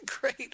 great